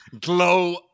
glow